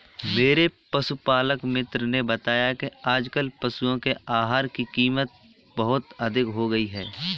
मेरे पशुपालक मित्र ने बताया कि आजकल पशुओं के आहार की कीमत बहुत अधिक हो गई है